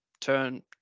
turn